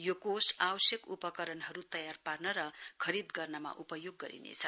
यो कोष आवश्यक उपकरणहरुको तयार पार्न र खरीद गर्नमा उपयोग गरिनेछ